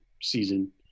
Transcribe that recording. season